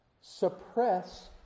Suppress